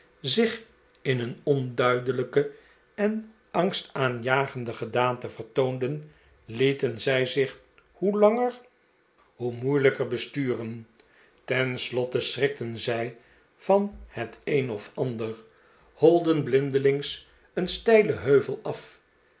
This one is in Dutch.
zich in een onduidelijke en angstaanjagende gedaante vertoonden lieten zij zich hoe langer hoe moeilijker besturen tenslotte schrikten zij van het een of ander holden blindelings een steilen heuvel af